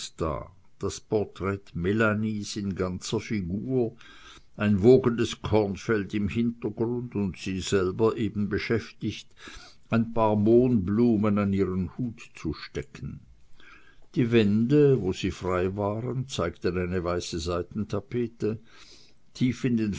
das porträt melanies in ganzer figur ein wogendes kornfeld im hintergrund und sie selber eben beschäftigt ein paar mohnblumen an ihren hut zu stecken die wände wo sie frei waren zeigten eine weiße seidentapete tief in den